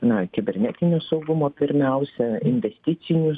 na kibernetinio saugumo pirmiausia investicinius